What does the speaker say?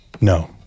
No